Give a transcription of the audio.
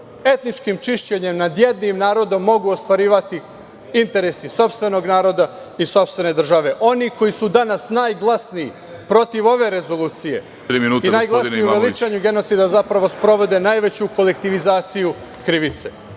etničkim čišćenjem nad jednim narodnom mogu ostvarivati interesi sopstvenog naroda i sopstvene države. Oni koji su danas najglasniji protiv ove rezolucije i najglasnije veličanju genocida sprovode najveću kolektivizaciju krivice.